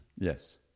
yes